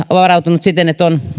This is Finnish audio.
varautunut siten että on